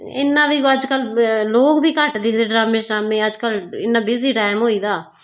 इंहा बी अजकल लोग बी कट दिक्खदे ड्रामा शरामे अजकल लोकें दा बिजी टाइम होई दा